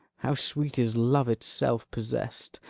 how sweet is love itself possess'd,